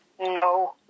No